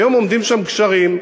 היום עומדים שם גשרים,